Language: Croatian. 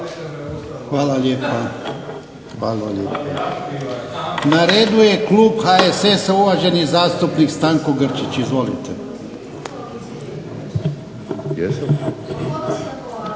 Hvala lijepa. Na redu je klub HSS-a uvaženi zastupnik Stanko Grčić. Izvolite.